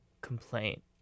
complaint